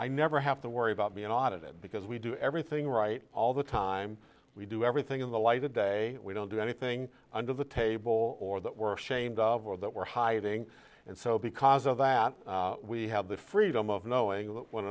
i never have to worry about me an audit because we do everything right all the time we do everything in the light of day we don't do anything under the table or that we're ashamed of or that we're hiding and so because of that we have the freedom of knowing that